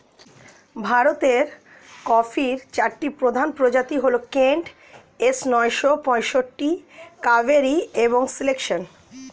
ভারতের কফির চারটি প্রধান প্রজাতি হল কেন্ট, এস নয়শো পঁয়ষট্টি, কাভেরি এবং সিলেকশন